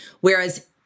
Whereas